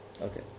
Okay